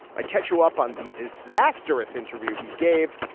i catch you up on the disastrous interview he gave.